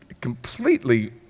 completely